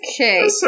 Okay